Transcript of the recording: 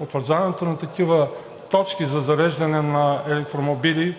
утвърждаването на такива точки за зареждане на електромобили